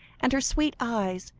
and her sweet eyes,